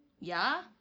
ya